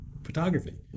photography